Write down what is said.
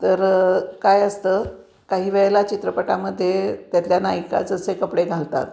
तर काय असतं काही वेळेला चित्रपटामध्ये त्यातल्या नायिका जसे कपडे घालतात